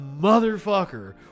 motherfucker